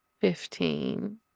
fifteen